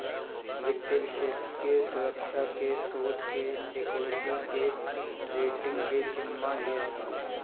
वित्तीय विषेशज्ञ सुरक्षा के, शोध के, एक्वीटी के, रेटींग के जिम्मा लेत हवे